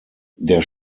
der